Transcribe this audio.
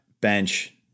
bench